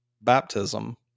baptism